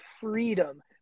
freedom